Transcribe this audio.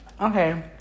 Okay